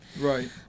Right